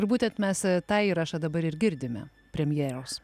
ir būtent mes tą įrašą dabar ir girdime premjeros